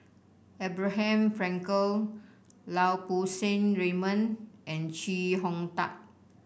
Abraham Frankel Lau Poo Seng Raymond and Chee Hong Tat